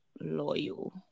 loyal